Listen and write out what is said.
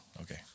Okay